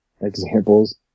Examples